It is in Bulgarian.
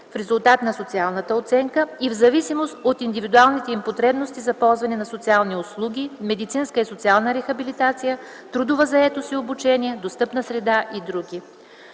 в резултат на социалната оценка и в зависимост от индивидуалните им потребности за ползване на социални услуги, медицинска и социална рехабилитация, трудова заетост и обучение, достъпна среда и др.